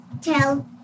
tell